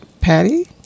Patty